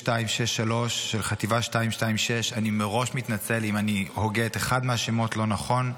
9263 של חטיבה 226. אני מראש מתנצל אם אני הוגה את אחד מהשמות לא נכון: